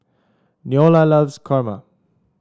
Neola loves kurma